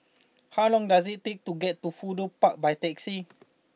how long does it take to get to Fudu Park by taxi